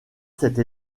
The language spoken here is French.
cette